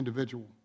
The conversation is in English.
individual